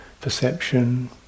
perception